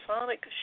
sonic